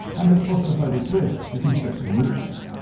and the claustrophobic grid that constricts your movements.